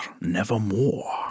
nevermore